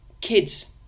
Kids